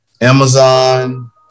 Amazon